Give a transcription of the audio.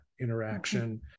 interaction